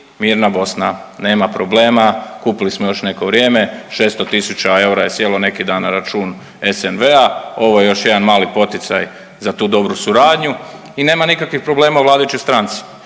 mirna Bosna, nema problema, kupili smo još neko vrijeme, 600.000 eura je sjelo neki dan na račun SMV-a. Ovo je još jedan mali poticaj za tu dobru suradnju i nema nikakvih problema u vladajućoj stranci